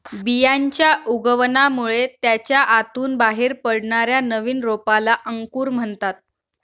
बियांच्या उगवणामुळे त्याच्या आतून बाहेर पडणाऱ्या नवीन रोपाला अंकुर म्हणतात